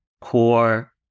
core